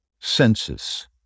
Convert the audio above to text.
senses